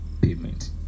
payment